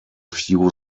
few